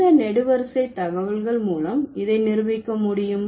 எந்த நெடுவரிசை தகவல்கள் மூலம் இதை நிரூபிக்க முடியும்